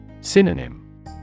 Synonym